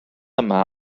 yma